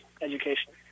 education